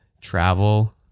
travel